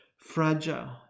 fragile